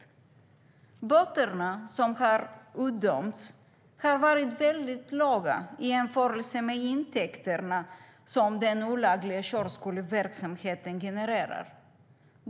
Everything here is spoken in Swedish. De böter som har utdömts har varit låga i jämförelse med intäkterna som den olagliga körskoleverksamheten genererar.